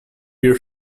pear